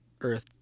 Earth